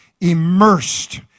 immersed